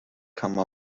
come